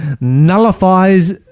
nullifies